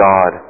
God